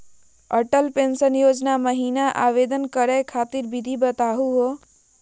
Atal pension योजना महिना आवेदन करै खातिर विधि बताहु हो?